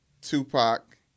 Tupac